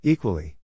Equally